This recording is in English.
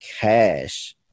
cash